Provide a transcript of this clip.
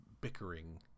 bickering